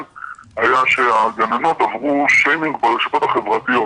היו שהגננות עברו שיימינג ברשתות החברתיות.